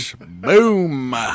Boom